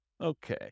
Okay